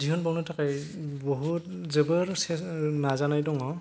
दिहुनबावनो थाखाय बहुथ जोबोद नाजानाय दङ